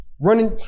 running